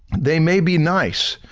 they may be nice,